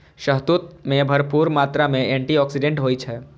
शहतूत मे भरपूर मात्रा मे एंटी आक्सीडेंट होइ छै